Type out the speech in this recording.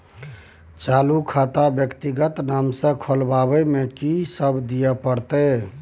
चालू खाता व्यक्तिगत नाम से खुलवाबै में कि की दिये परतै?